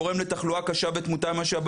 גם שעות הפתיחה של נקודת הבדיקה הן שעות מצומצמות.